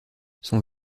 son